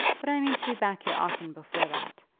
but i mean to be back here often before that.